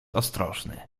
ostrożny